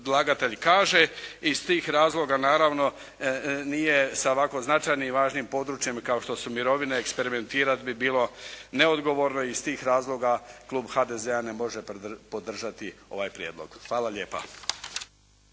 kaže i iz tih razloga naravno nije sa ovako značajnim i važnim područjem kao što su mirovine eksperimentirat bi bilo neodgovorno i iz tih razloga klub HDZ-a ne može podržati ovaj prijedlog. Hvala lijepa.